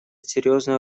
серьезную